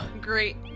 great